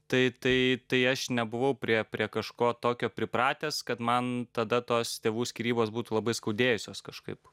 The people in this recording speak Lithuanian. tai tai tai aš nebuvau prie prie kažko tokio pripratęs kad man tada tos tėvų skyrybos būtų labai skaudėjusios kažkaip